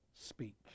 speak